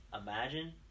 Imagine